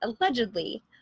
allegedly